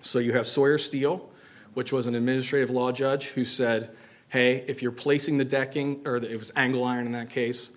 so you have sort of steel which was an administrative law judge who said hey if you're placing the decking or that it was angle iron in that case